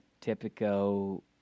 typical